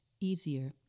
easier